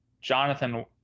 Jonathan